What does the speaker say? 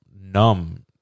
numb